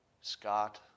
Scott